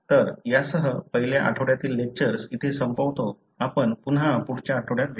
तर यासह पहिल्या आठवड्यातील लेक्चर्स इथे संपवतो आपण पुन्हा पुढच्या आठवड्यात भेटू